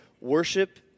Worship